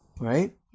Right